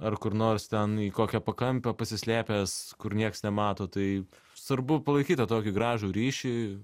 ar kur nors ten į kokią pakampę pasislėpęs kur nieks nemato tai svarbu palaikyt tą tokį gražų ryšį